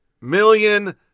million